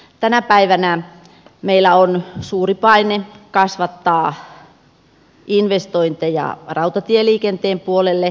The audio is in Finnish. tänä päivänä meillä on suuri paine kasvattaa investointeja rautatieliikenteen puolelle